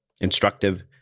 instructive